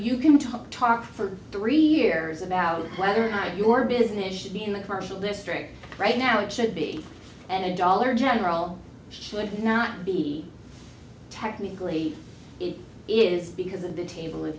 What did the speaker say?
you can talk talk for three years about whether or not your business should be in the commercial district right now it should be and a dollar general should not be technically it is because of the table